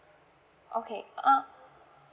okay err